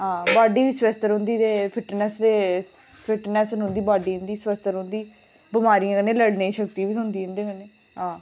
body बी स्वस्थ रौहंदी ते फिटनेस रौहंदी बॉडी इंदी स्वस्थ रौहंदी ते बमारियें कन्नै लड़ने दी शक्ति बी थ्होंदी इंदे कन्नै आं